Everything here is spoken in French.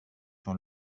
sur